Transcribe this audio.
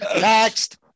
Next